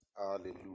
hallelujah